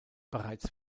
bereits